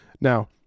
now